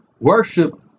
worship